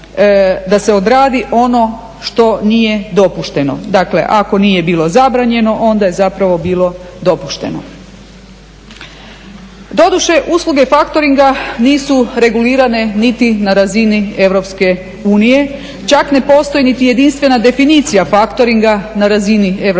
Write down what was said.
da se odradi ono što nije dopušteno. Dakle ako nije bilo zabranjeno onda je zapravo bilo dopušteno. Doduše usluge faktoringa nisu regulirane niti na razini Europske unije. Čak ne postoji niti jedinstvena definicija faktoringa na razini